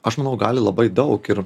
aš manau gali labai daug ir